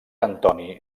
antoni